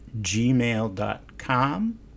gmail.com